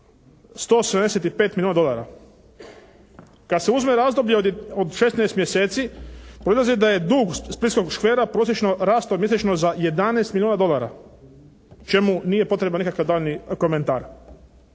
175 milijuna dolara. Kad se uzme razdoblje od 16 mjeseci proizlazi da je dug splitskog škvera prosječno rasla mjesečno za 11 milijuna dolara čemu nije potreban nikakav daljnji komentar.